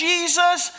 Jesus